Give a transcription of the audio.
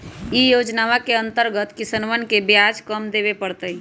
ई योजनवा के अंतर्गत किसनवन के ब्याज कम देवे पड़ तय